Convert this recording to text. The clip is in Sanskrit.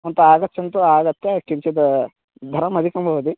भवन्तः आगच्छन्तु आगत्य किञ्चिद् धनम् अधिकं भवति